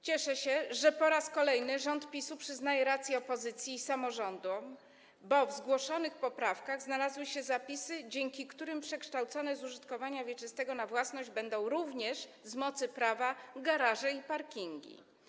Cieszę się, że po raz kolejny rząd PiS przyznaje rację opozycji i samorządom, bo w zgłoszonych poprawkach znalazły się zapisy, dzięki którym przekształcone z użytkowania wieczystego w własność będą również z mocy prawa garaże i parkingi.